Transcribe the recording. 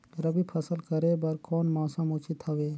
रबी फसल करे बर कोन मौसम उचित हवे?